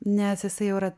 nes jisai jau yra